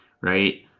right